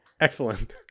Excellent